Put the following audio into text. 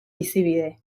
bizibide